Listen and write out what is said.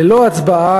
ללא הצבעה,